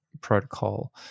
protocol